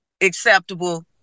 acceptable